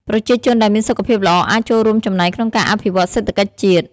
ប្រជាជនដែលមានសុខភាពល្អអាចចូលរួមចំណែកក្នុងការអភិវឌ្ឍសេដ្ឋកិច្ចជាតិ។